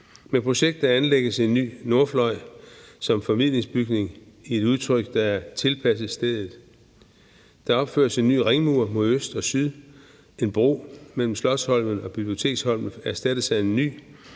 Med projektet anlægges en ny nordfløj som formidlingsbygning i et udtryk, der tilpasses stedet. Der opføres en ny ringmur mod øst og syd, en bro mellem Slotsholmen og Biblioteksholmen erstattes af en ny,